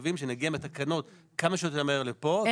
מקווים שנגיע עם התקנות כמה שיותר מהר לפה.